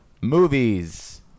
Movies